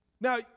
Now